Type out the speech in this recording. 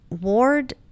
Ward